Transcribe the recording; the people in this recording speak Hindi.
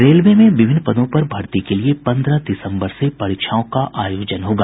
रेलवे में विभिन्न पदों पर भर्ती के लिए पन्द्रह दिसम्बर से परीक्षाओं का आयोजन होगा